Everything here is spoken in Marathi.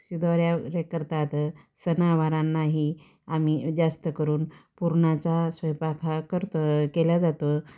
शिदोऱ्या रे करतात सणावारांनाही आम्ही जास्त करून पुरणाचा स्वयंपाक हा करतो केल्या जातो